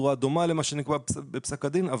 בצורה דומה למה שנקבע בפסק הדין,